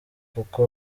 kuko